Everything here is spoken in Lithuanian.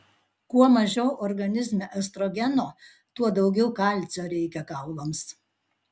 kuo mažiau organizme estrogeno tuo daugiau kalcio reikia kaulams